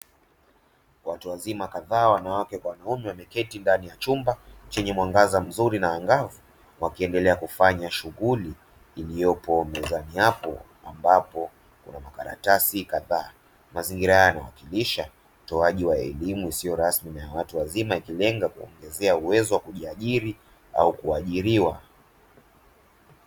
Watu wazima kadhaa wanawake kwa wanaume wameketi ndani ya chumba chenye mwangaza mzuri na angavu wakiendelea kufanya shughuli iliyopo mezani hapo ambapo kuna makaratasi kadhaa. Mazingira haya yanawakilisha utolewaji wa elimu isiyo rasmi na ya watu wazima ikilenga kuwaongezea uweza wa kujiajiri au kuajiriwa.